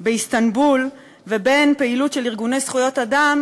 באיסטנבול ובין פעילות של ארגוני זכויות אדם,